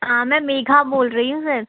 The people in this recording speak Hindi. हाँ मैं मेघा बोल रही हूँ सर